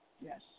Yes